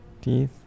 Teeth